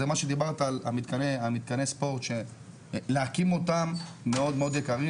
מה שדיברת על מתקני הספורט שלהקים אותם זה מאוד מאוד יקר,